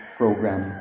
program